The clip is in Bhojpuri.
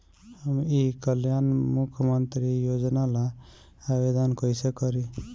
हम ई कल्याण मुख्य्मंत्री योजना ला आवेदन कईसे करी?